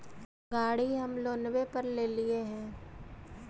गाड़ी हम लोनवे पर लेलिऐ हे?